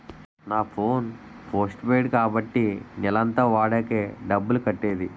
నా phone postpaid కాబట్టి నెలంతా వాడాకే డబ్బులు కట్టేది